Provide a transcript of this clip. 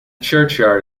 churchyard